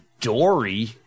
Dory